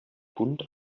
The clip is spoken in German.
bund